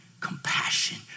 compassion